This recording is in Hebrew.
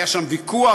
היה שם ויכוח,